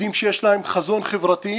עובדים שיש להם חזון חברתי,